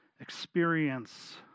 experience